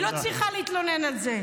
היא לא צריכה להתלונן על זה.